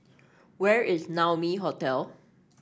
where is Naumi Hotel